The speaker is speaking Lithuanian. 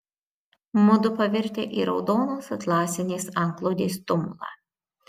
mudu pavirtę į raudonos atlasinės antklodės tumulą